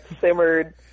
simmered